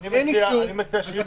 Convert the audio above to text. אין אישור.